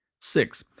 six.